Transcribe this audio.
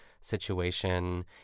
situation